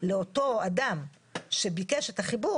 את שיטת איילת שקד, ולהצביע